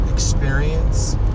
experience